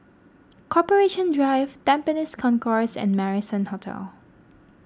Corporation Drive Tampines Concourse and Marrison Hotel